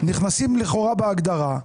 נכנסים לכאורה בהגדרה.